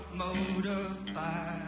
motorbike